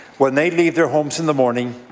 when they leave their homes in the morning,